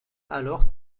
alors